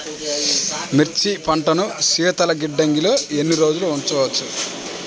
మిర్చి పంటను శీతల గిడ్డంగిలో ఎన్ని రోజులు ఉంచవచ్చు?